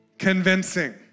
convincing